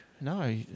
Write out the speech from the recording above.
no